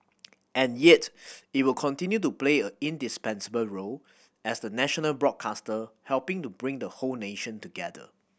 and yet it will continue to play a indispensable role as the national broadcaster helping to bring the whole nation together